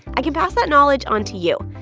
i can pass that knowledge on to you.